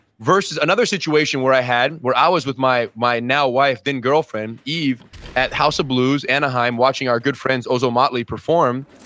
versus another situation where i had where i was with my my now wife, then girlfriend, eve at house of blues, anaheim, watching our good friends, orzo motley perform.